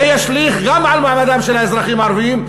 זה ישליך גם על מעמדם של האזרחים הערבים,